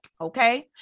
okay